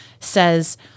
says